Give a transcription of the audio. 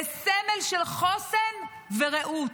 לסמל של חוסן ורעות.